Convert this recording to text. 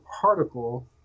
particle